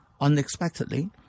unexpectedly